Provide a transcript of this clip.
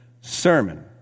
sermon